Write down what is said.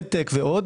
מד טק ועוד.